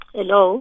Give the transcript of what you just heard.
Hello